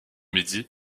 midi